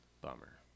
Bummer